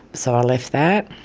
so left that.